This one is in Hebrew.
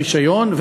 ברישיון,